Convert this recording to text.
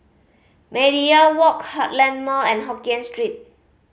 Media Walk Heartland Mall and Hokkien Street